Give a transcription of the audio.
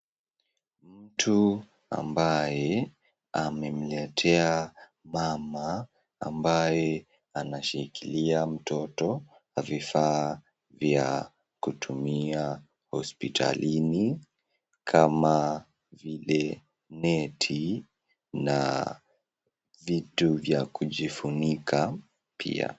Mtu ambaye amemletea mama ambaye anashikilia mtoto vifaa vya kutumia hospitalini kama vile neti na vitu vya kujifunika pia.